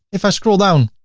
if i scroll down,